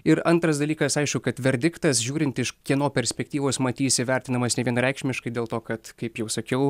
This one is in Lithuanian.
ir antras dalykas aišku kad verdiktas žiūrint iš kieno perspektyvos matysi vertinamas nevienareikšmiškai dėl to kad kaip jau sakiau